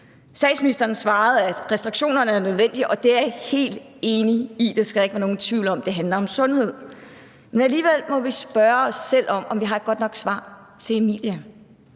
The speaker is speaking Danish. Statsministeren svarede, at restriktionerne er nødvendige, og det er jeg er helt enig i, det skal der ikke være nogen tvivl om, og det handler om sundhed. Men vi må alligevel spørge os selv om, om vi har et godt nok svar til Emilia.